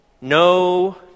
no